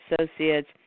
associates